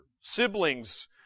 Siblings